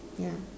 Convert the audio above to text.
ya